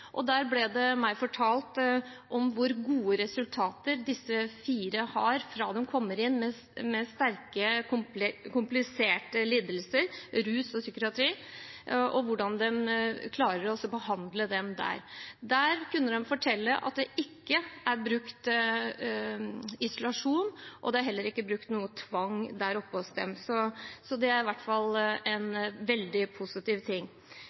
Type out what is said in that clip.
sitter. Der ble det meg fortalt om hvor gode resultater disse fire har fra de kom inn med sterke kompliserte lidelser innen rus og psykiatri, og hvordan de klarer å behandle dem der. Der kunne de fortelle at det ikke er brukt isolasjon, og det er heller ikke brukt noe tvang hos dem. Det er i hvert fall en veldig positiv ting.